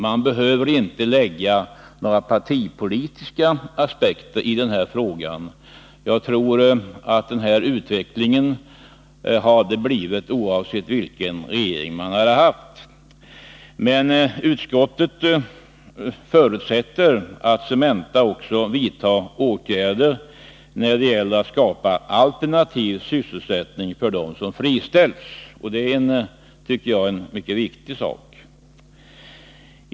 Man behöver inte lägga några partipolitiska aspekter på denna fråga. Jag tror att utvecklingen hade blivit densamma oavsett vilken regering vi hade haft. Men utskottet förutsätter att Cementa också vidtar åtgärder i syfte att skapa alternativ sysselsättning för dem som friställs. Det tycker jag är en mycket viktig sak.